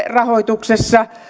rahoituksessa